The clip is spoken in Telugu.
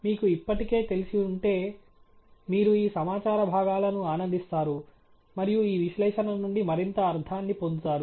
మీకు ఇప్పటికే తెలిసి ఉంటే మీరు ఈ సమాచార భాగాలను ఆనందిస్తారు మరియు ఈ విశ్లేషణ నుండి మరింత అర్థాన్ని పొందుతారు